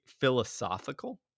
philosophical